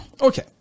okay